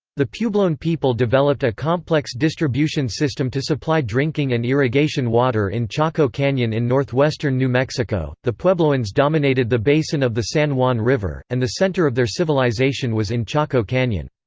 the puebloan people developed a complex distribution system to supply drinking and irrigation water in chaco canyon in northwestern new mexico the puebloans dominated the basin of the san juan river, and the center of their civilization was in chaco canyon.